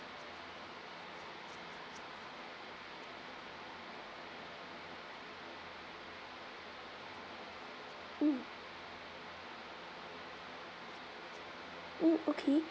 mm mm okay